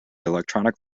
electronic